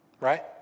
right